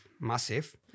massive